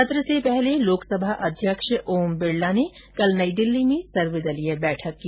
सत्र से पहले लोकसभा अध्यक्ष ओम बिरला ने कल नई दिल्ली में सर्वदलीय बैठक की